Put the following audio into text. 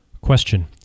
Question